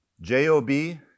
J-O-B